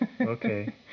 Okay